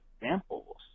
examples